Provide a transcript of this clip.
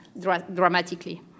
dramatically